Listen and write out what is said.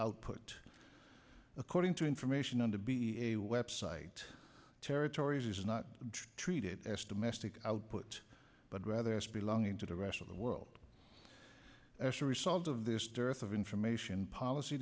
output according to information on to be a web site territories not treated as to mastic output but rather as belonging to the rest of the world as a result of this dearth of information policy